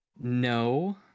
No